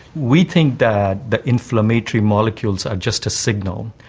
we think that the inflammatory molecules are just a signal.